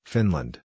Finland